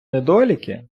недоліки